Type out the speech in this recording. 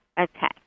Okay